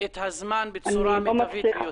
את הזמן בצורה מיטבית ביותר.